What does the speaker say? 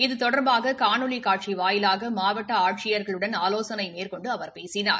இது தொடர்பாக காணொலி காட்சி வாயிலாக மாவட்ட ஆட்சியர்களுடன் ஆலோசனை மேற்கொண்டு அவர் பேசினார்